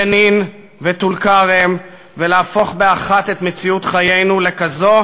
ג'נין וטול-כרם ולהפוך באחת את מציאות חיינו ככזו,